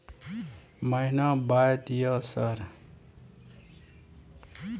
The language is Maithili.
महीना बाय दिय सर?